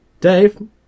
Dave